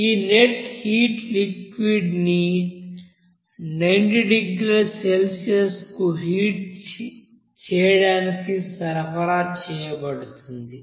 ఈ net heat liquid ని 90 డిగ్రీల సెల్సియస్కు హీట్ చేయడానికి సరఫరా చేయబడుతుంది